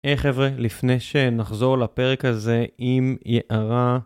היי חברה, לפני שנחזור לפרק הזה, אם יערה...